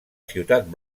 ciutat